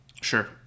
Sure